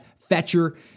Fetcher